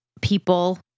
people